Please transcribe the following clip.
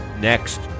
next